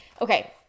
Okay